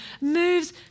moves